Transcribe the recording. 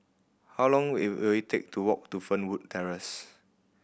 how long will it will it take to walk to Fernwood Terrace